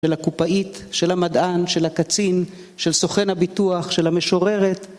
של הקופאית, של המדען, של הקצין, של סוכן הביטוח, של המשוררת.